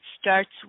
starts